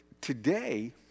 today